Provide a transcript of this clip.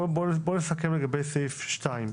בואו נסכם לגבי פסקה (2),